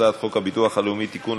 הצעת חוק הביטוח הלאומי (תיקון,